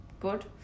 Good